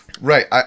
right